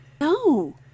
no